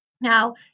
Now